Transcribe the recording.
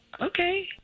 Okay